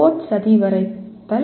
boat சதி வரைதல்